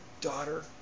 Daughter